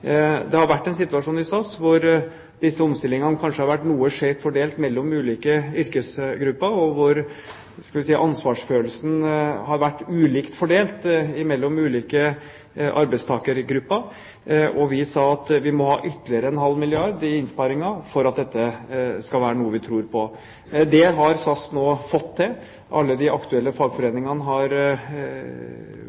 Det har vært en situasjon i SAS hvor disse omstillingene kanskje har vært noe skjevt fordelt mellom ulike yrkesgrupper, og hvor, skal vi si, ansvarsfølelsen har vært ulikt fordelt mellom ulike arbeidstakergrupper. Vi sa at det måtte være ytterligere en halv milliard kr i innsparinger for at dette skal være noe vi tror på. Det har SAS nå fått til. Alle de aktuelle